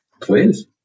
Please